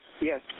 Yes